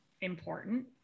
important